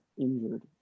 injured